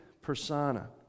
persona